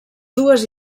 dues